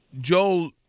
Joel